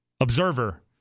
observer